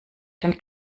dann